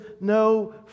no